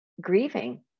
grieving